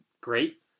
great